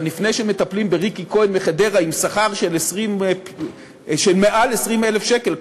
אבל לפני שמטפלים בריקי כהן מחדרה עם שכר של מעל 20,000 שקל,